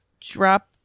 drop